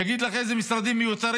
יגיד לך איזה משרדים מיותרים,